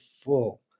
full